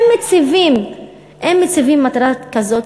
אם מציבים מגמה כזאת,